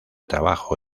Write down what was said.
trabajo